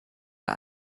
der